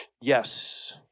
yes